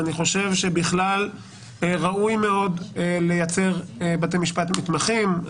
ואני חושב שבכלל ראוי מאוד לייצר בתי משפט מתמחים.